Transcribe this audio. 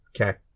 Okay